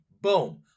boom